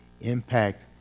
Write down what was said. impact